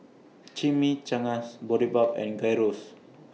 Chimichangas Boribap and Gyros